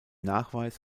nachweis